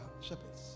shepherds